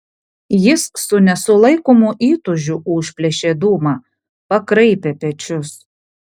jis su nesulaikomu įtūžiu užplėšė dūmą pakraipė pečius